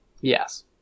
yes